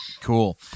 Cool